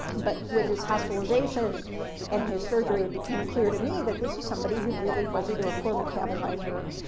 but with his hospitalization and his surgery, it became clear to me that this was somebody who really was either a poor metabolizer, or,